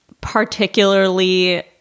particularly